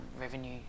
revenue